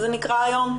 זה נקרא היום,